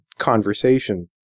conversation